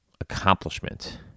accomplishment